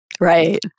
Right